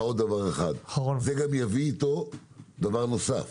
זה גם יביא איתו דבר נוסף.